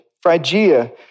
Phrygia